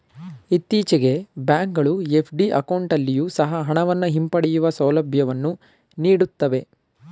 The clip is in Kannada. ಇತ್ತೀಚೆಗೆ ಬ್ಯಾಂಕ್ ಗಳು ಎಫ್.ಡಿ ಅಕೌಂಟಲ್ಲಿಯೊ ಸಹ ಹಣವನ್ನು ಹಿಂಪಡೆಯುವ ಸೌಲಭ್ಯವನ್ನು ನೀಡುತ್ತವೆ